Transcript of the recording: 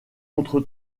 montre